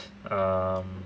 um